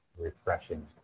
refreshing